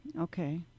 Okay